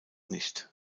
nicht